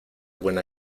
buena